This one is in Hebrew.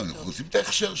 אנחנו רוצים את ההכשר שלך.